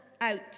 out